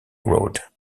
road